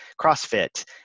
CrossFit